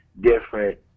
different